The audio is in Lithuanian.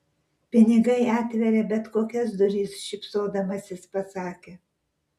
pinigai atveria bet kokias duris šypsodamasis pasakė